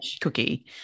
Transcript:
cookie